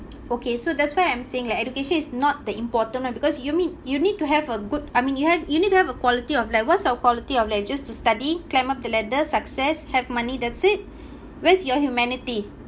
okay so that's why I'm saying like education is not that important one because you need you need to have a good I mean you have you need to have a quality of life what's our quality of life just to study climb up the ladder success have money that's it where's your humanity